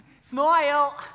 Smile